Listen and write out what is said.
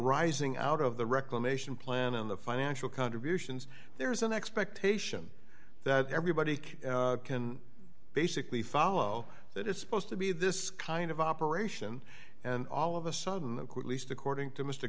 arising out of the reclamation plan and the financial contributions there's an expectation that everybody can basically follow that it's supposed to be this kind of operation and all of a sudden least according to m